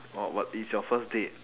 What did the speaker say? oh but it's your first date